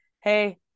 hey